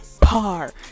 par